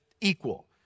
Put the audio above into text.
equal